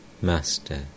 Master